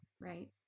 right